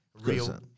real